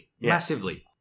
Massively